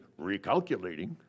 recalculating